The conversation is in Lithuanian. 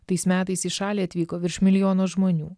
tais metais į šalį atvyko virš milijono žmonių